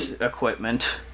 equipment